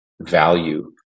value